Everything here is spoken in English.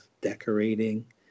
decorating